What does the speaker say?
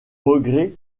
regrets